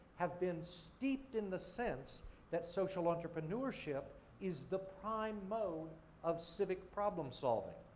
have been steeped in the sense that social entrepreneurship is the prime mode of civic problem solving.